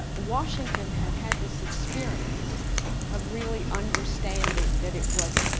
washington had had this experience of really understanding that it was,